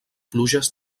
pluges